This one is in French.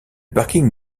parking